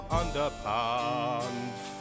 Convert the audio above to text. underpants